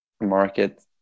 market